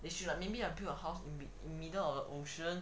they should like maybe like build a house in the middle of the ocean